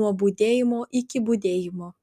nuo budėjimo iki budėjimo